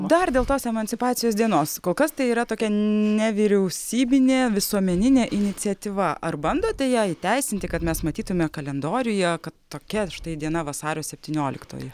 dar dėl tos emancipacijos dienos kol kas tai yra tokia nevyriausybinė visuomeninė iniciatyva ar bandote ją įteisinti kad mes matytume kalendoriuje ka tokia štai diena vasario septynioliktoji